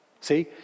See